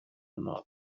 another